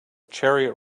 chariot